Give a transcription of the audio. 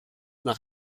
nach